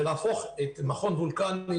ולהפוך את מכון וולקני,